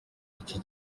iki